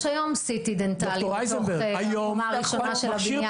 יש היום CT דנטלי בתוך הקומה הראשונה של הבניין.